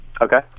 Okay